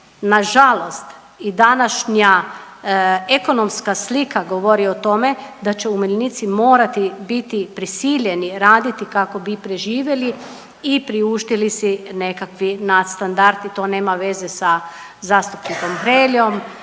nažalost i današnja ekonomska slika govorio o tome da će umirovljenici morati biti prisiljeni raditi kako bi preživjeli i priuštili si nekakvi nadstandard i to nema veze sa zastupnikom Hreljom,